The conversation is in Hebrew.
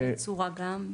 הייתי עצורה גם.